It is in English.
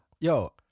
Yo